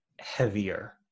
heavier